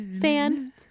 fan